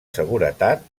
seguretat